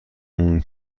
اون